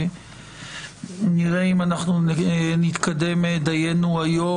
נראה אם נתקדם דיינו היום,